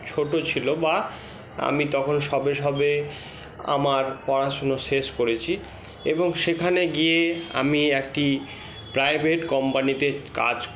ছোটো ছিলো বা আমি তখন সবে সবে আমার পড়াশুনো শেষ করেছি এবং সেখানে গিয়ে আমি একটি প্রাইভেট কোম্পানিতে কাজ